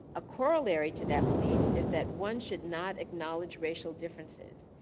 a corollary to that belief is that one should not acknowledge racial differences.